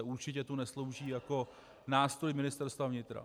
Určitě tu neslouží jako nástroj Ministerstva vnitra.